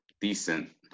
decent